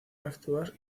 actuar